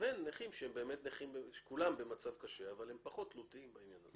לבין נכים שהם באמת וכולם במצב קשה אבל הם פחות תלותיים בעניין הזה.